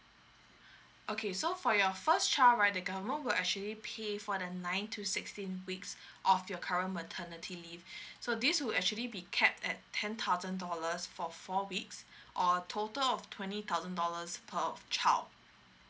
okay so for your first child right the government will actually pay for the nine to sixteen weeks of your current maternity leave so this will actually be capped at ten thousand dollars for four weeks or total of twenty thousand dollars per child